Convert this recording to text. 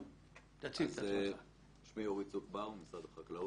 משרד החקלאות.